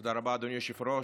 תודה רבה, אדוני היושב-ראש.